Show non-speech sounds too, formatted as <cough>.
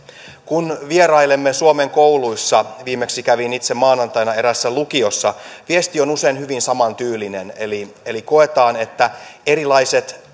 kun vierailemme suomen kouluissa viimeksi kävin itse maanantaina eräässä lukiossa viesti on usein hyvin samantyylinen eli eli koetaan että erilaiset <unintelligible>